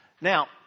Now